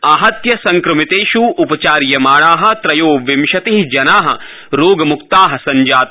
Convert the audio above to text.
आहत्य संक्रमितेष् उपचार्यमाणा त्रयोविंशति जना रोगम्क्ता सत्जाता